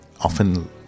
often